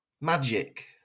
Magic